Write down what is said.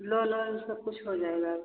loan वोन सबकुछ हो जाएगा